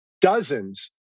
dozens